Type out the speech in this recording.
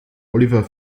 oliver